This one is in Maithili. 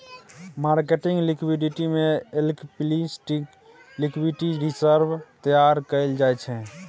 मार्केटिंग लिक्विडिटी में एक्लप्लिसिट लिक्विडिटी रिजर्व तैयार कएल जाइ छै